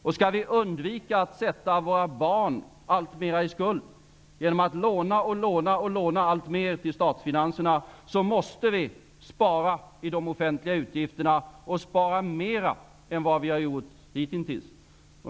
Om vi skall undvika att sätta våra barn i skuld genom att låna alltmer till statsfinanserna måste vi spara i de offentliga utgifterna, och spara mer än vad vi har gjort hittills.